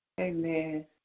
Amen